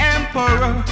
emperor